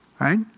right